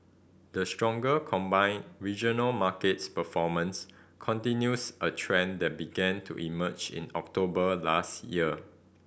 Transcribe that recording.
the stronger combined regional markets performance continues a trend began to emerge in October last year